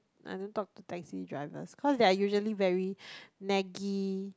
I don't talk to taxi drivers cause they're usually very naggy